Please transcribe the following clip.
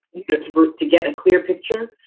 you get to work to get a clear picture.